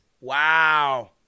Wow